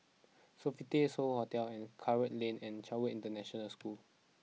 Sofitel So Hotel and Karikal Lane and Chatsworth International School